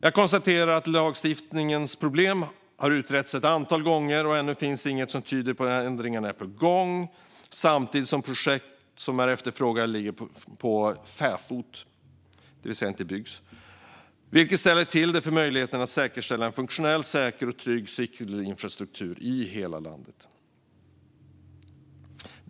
Jag konstaterar att lagstiftningens problem har utretts ett antal gånger, och ännu finns inget som tyder på att ändringar är på gång samtidigt som projekt som är efterfrågade ligger för fäfot, det vill säga inte byggs. Det ställer till det för möjligheterna att säkerställa funktionell, säker och trygg cykelinfrastruktur i hela landet.